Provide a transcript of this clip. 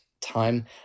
time